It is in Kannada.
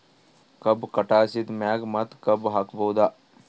ಕಬ್ಬು ಕಟಾಸಿದ್ ಮ್ಯಾಗ ಮತ್ತ ಕಬ್ಬು ಹಾಕಬಹುದಾ?